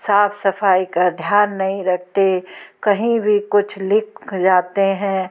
साफ सफाई का ध्यान नहीं रखते कहीं भी कुछ लिख जाते हैं